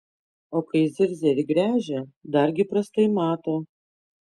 o kai zirzia ir gręžia dargi prastai mato